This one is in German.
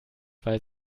weil